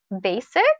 basic